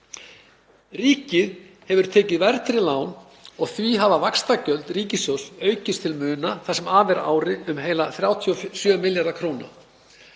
Ríkið hefur tekið verðtryggð lán og því hafa vaxtagjöld ríkissjóðs aukist til muna það sem af er ári um heila 37 milljarða kr.